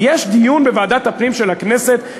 יש דיון בוועדת הפנים של הכנסת,